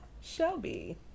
Shelby